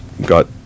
got